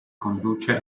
conduce